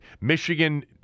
Michigan